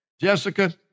Jessica